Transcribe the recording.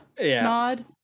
nod